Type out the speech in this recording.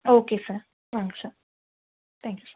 okay sir வாங்க sir thank you sir